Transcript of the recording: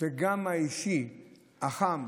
וגם האישי החם,